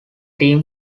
team